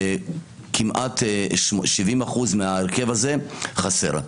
וכמעט 70% מההרכב הזה חסר.